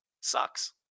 Sucks